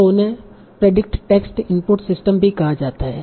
तों इन्हें predict text input systems भी कहा जाता है